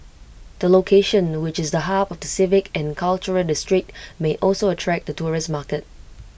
the location which is the hub of the civic and cultural district may also attract the tourist market